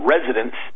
residents